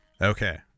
Okay